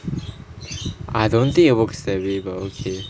I don't think it works that way but okay